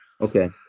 Okay